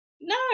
no